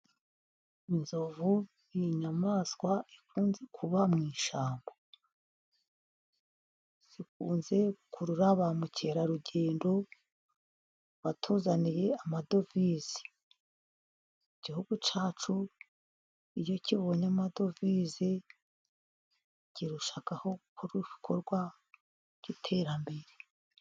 Inzovu ni inyamaswa ikunze kuba mu ishyamba. Zikunze gukurura ba mukerarugendo batuzaniye amadovize. Igihugu cyacu iyo kibonye amadovize, kirushaho kukora ibikorwa by'iterambere.